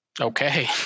Okay